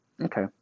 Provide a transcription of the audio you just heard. Okay